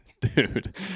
Dude